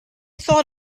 thought